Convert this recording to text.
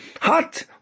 hot